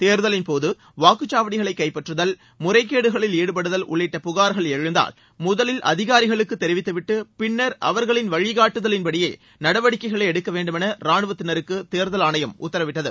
தேர்தலின்போது வாக்குச்சாவடிகளை கைப்பற்றுதல் முறைகேடுகளில் ஈடுபடுதல் உள்ளிட்ட புகார்கள் எழுந்தால் முதலில் அதிகாரிகளுக்கு தெரிவித்துவிட்டு பின்னர் அவர்களின் வழிகாட்டுதல்களின்படியே நடவடிக்கைகளை எடுக்க வேண்டுமௌ ரானுவத்தினருக்கு தேர்தல் ஆணையம் உத்தரவிட்டுள்ளது